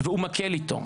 והוא מקל איתו.